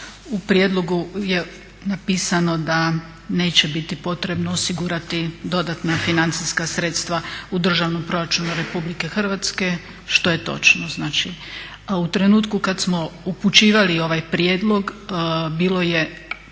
u prijedlogu je napisano da neće biti potrebno osigurati dodatna financijska sredstva u državnom proračunu RH što je točno. A u trenutku kada smo upućivali ovaj prijedlog bilo je